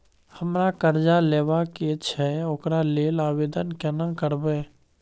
हमरा कर्जा लेबा के छै ओकरा लेल आवेदन केना करबै?